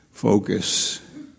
Focus